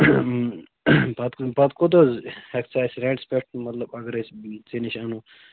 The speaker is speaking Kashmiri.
پتہٕ کوٗ پتہٕ کوٗتاہ حظ ہیٚکھ ژٕ اَسہِ رٮ۪نٹَس پٮ۪ٹھ مطلب اگر أسۍ ژےٚ نِش اَنَو